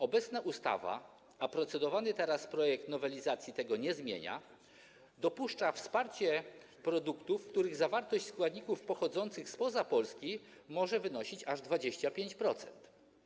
Obecna ustawa - a podlegający procedowaniu teraz projekt nowelizacji tego nie zmienia - dopuszcza wsparcie w wypadku produktów, w których zawartość składników pochodzących spoza Polski może wynosić aż 25%.